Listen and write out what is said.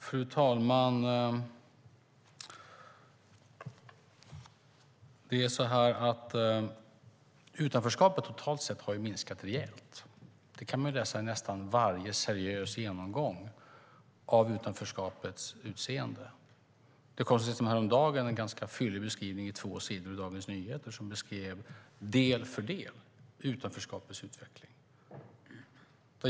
Fru talman! Utanförskapet har totalt sett minskat rejält. Det kan man läsa i nästan varje seriös genomgång av utanförskapets utseende. Senast häromdagen kom en ganska fyllig beskrivning över två sidor i Dagens Nyheter som del för del beskrev utanförskapets utveckling.